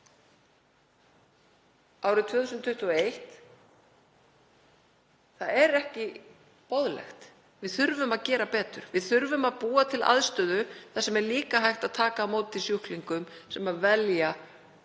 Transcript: árið 2021 er ekki boðlegt. Við þurfum að gera betur. Við þurfum að búa til aðstöðu þar sem er líka hægt að taka á móti sjúklingum sem velja að